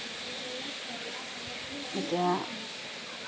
এতিয়া